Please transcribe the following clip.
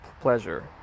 pleasure